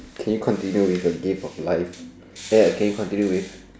can you continue with a gift of life ya can you continue with